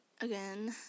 again